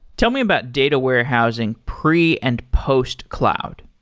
tell me about data warehousing pre and post-cloud.